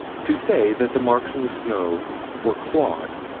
to say that the marks in the snow were clawed.